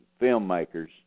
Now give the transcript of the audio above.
filmmakers